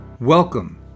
Welcome